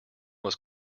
was